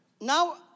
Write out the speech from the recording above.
Now